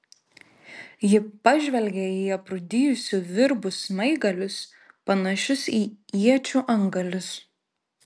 ji pažvelgė į aprūdijusių virbų smaigalius panašius į iečių antgalius